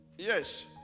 Yes